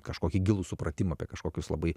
kažkokį gilų supratimą apie kažkokius labai